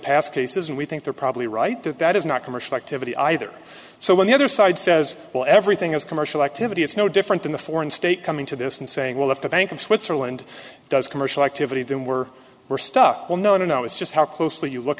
past cases and we think they're probably right that that is not commercial activity either so when the other side says well everything is commercial activity it's no different than the foreign state coming to this and saying well if the bank in switzerland does commercial activity then we're we're stuck well no no no it's just how closely you look